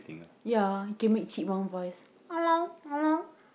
ya can make chipmunk voice hello hello